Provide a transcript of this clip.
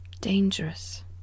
dangerous